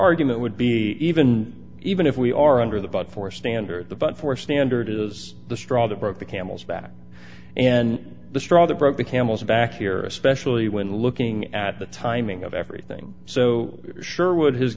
argument would be even even if we are under the boat for standard the but for standard is the straw that broke the camel's back and the straw that broke the camel's back here especially when looking at the timing of everything so sherwood has